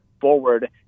forward